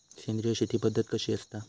सेंद्रिय शेती पद्धत कशी असता?